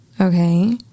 okay